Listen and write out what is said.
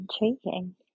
intriguing